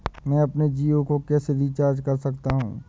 मैं अपने जियो को कैसे रिचार्ज कर सकता हूँ?